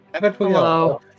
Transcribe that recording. Hello